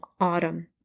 autumn